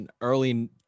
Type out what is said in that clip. early